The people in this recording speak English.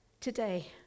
today